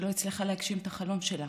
שלא הצליחה להגשים את החלום שלה